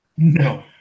No